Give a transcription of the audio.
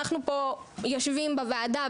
אנחנו פה יושבים בוועדה,